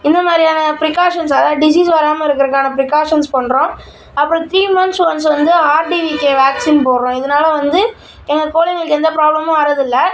இந்த மாதிரியான ப்ரீக்காஷன்ஸ் அதாவது டிசீஸ் வராமல் இருக்கறதுக்கான ப்ரீக்காஷன்ஸ் பண்ணுறோம் அப்புறம் த்ரீ மந்த்ஸ் ஒன்ஸ் வந்து R D V K vaccine போடுறோம் இதனால வந்து எங்கள் கோழிகளுக்கு எந்த ப்ராப்ளமும் வர்றது இல்லை